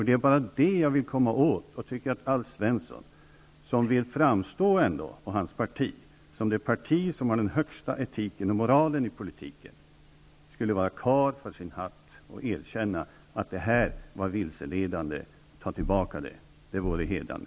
Det är bara det jag vill komma åt. Jag tycker att Alf Svensson, som vill att hans parti skall framstå som det som har den högsta etiken och moralen i politiken, skulle vara karl för sin hatt och erkänna att det han sade var vilseledande. Ta tillbaka det! Det vore hedrande.